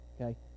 Okay